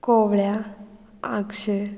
कोवळ्या आक्षें